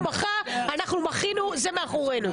הוא מחה, אנחנו מחינו, זה מאחורינו.